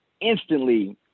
instantly